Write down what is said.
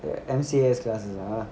the M_C_S classes ah